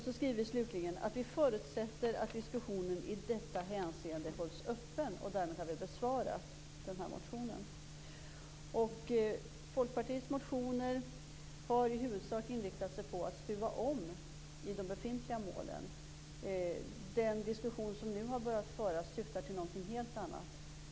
Vi skriver också slutligen att vi "förutsätter att diskussionen i detta hänseende hålls öppen." Därmed har vi besvarat denna motion. Folkpartiets motioner har i huvudsak inriktat sig på att stuva om i de befintliga målen. Den diskussion som nu har börjat föras syftar till någonting helt annat.